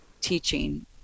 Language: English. teaching